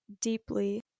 deeply